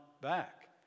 back